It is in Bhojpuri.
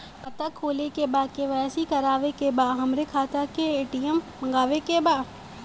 खाता खोले के बा के.वाइ.सी करावे के बा हमरे खाता के ए.टी.एम मगावे के बा?